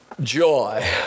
joy